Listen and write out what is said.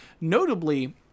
Notably